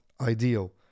ideal